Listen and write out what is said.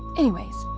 anyways,